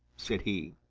said he.